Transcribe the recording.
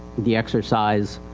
the exercise,